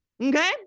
Okay